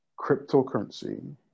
cryptocurrency